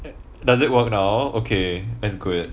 does it work now okay that's good